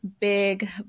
big